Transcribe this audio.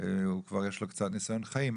הוא כבר יש לו קצת ניסיון חיים,